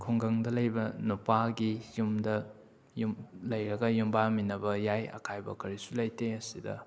ꯈꯨꯡꯒꯪꯗ ꯂꯩꯕ ꯅꯨꯄꯥꯒꯤ ꯌꯨꯝꯗ ꯌꯨꯝ ꯂꯩꯔꯒ ꯌꯨꯝꯕꯥꯟꯃꯤꯟꯅꯕ ꯌꯥꯏ ꯑꯀꯥꯏꯕ ꯀꯔꯤꯁꯨ ꯂꯩꯇꯦ ꯑꯁꯤꯗ